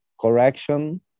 correction